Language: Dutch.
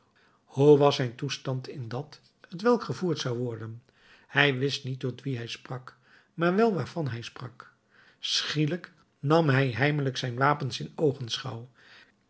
hoe was zijn toestand in dat t welk gevoerd zou worden hij wist niet tot wien hij sprak maar wel waarvan hij sprak schielijk nam hij heimelijk zijn wapens in